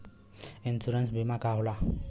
Insurance बीमा का होला?